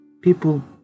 People